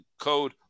code